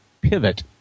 pivot